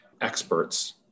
experts